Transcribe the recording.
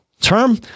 term